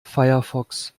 firefox